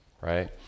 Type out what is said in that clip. right